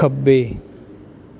ਖੱਬੇ